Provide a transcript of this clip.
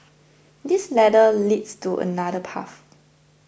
this ladder leads to another path